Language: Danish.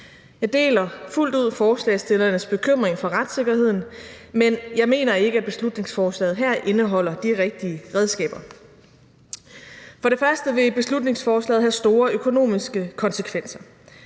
Jeg deler fuldt ud forslagsstillernes bekymring for retssikkerheden, men jeg mener ikke, at beslutningsforslaget her indeholder de rigtige redskaber. For det første vil beslutningsforslaget have store økonomiske konsekvenser.